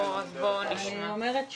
אני אומרת שוב,